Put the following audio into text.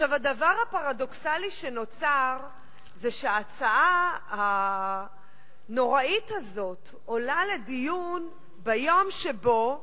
הדבר הפרדוקסלי שנוצר זה שההצעה הנוראית הזאת עולה לדיון ביום שבו,